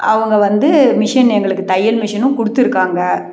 அவங்க வந்து மிஷின் எங்களுக்கு தையல் மிஷினும் கொடுத்துருக்காங்க